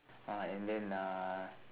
ah and then uh